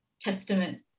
testament